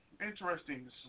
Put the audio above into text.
interesting